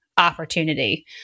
opportunity